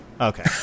Okay